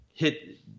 Hit